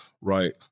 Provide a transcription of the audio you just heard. right